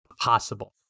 possible